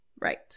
Right